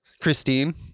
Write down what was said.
Christine